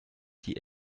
die